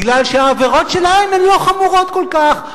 כי העבירות שלהם הן לא חמורות כל כך,